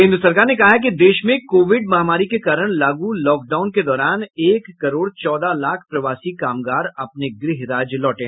केन्द्र सरकार ने कहा है कि देश में कोविड महामारी के कारण लागू लॉकडाउन के दौरान एक करोड़ चौदह लाख प्रवासी कामगार अपने गृह राज्य लौटे